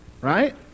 Right